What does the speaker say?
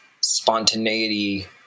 spontaneity